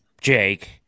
Jake